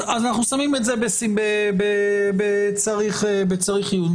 אנחנו שמים את זה בצריך עיון.